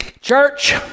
Church